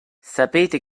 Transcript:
sapete